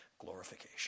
glorification